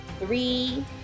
Three